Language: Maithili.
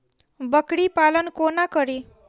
बकरी पालन कोना करि?